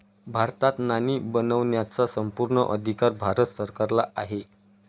भारतात नाणी बनवण्याचा संपूर्ण अधिकार भारत सरकारला आहे